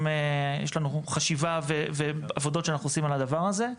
יש לנו חשיבה ועבודות שאנחנו עושים על הדבר הזה.